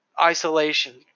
isolation